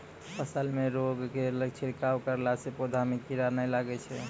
फसल मे रोगऽर के छिड़काव करला से पौधा मे कीड़ा नैय लागै छै?